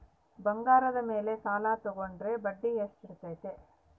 ಬಂಗಾರದ ಮೇಲೆ ಸಾಲ ತೋಗೊಂಡ್ರೆ ಬಡ್ಡಿ ಎಷ್ಟು ಇರ್ತೈತೆ?